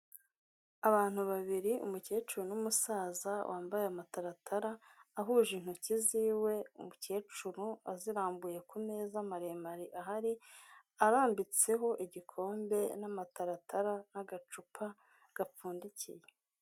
Abantu babiri umukecuru n'umusaza wambaye amataratara, ahuje intoki ziwe, umukecuru azirambuye ku meza maremare ahari, arambitseho igikombe n'amataratara n'agacupa gapfundikiye.